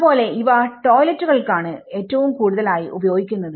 അത് പോലെ ഇവ ടോയ്ലറ്റുകൾക്കാണ് ഏറ്റവും കൂടുതൽ ആയി ഉപയോഗിക്കുന്നത്